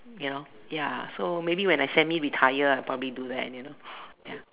you know ya so maybe when I semi retire I probably do that and you know ya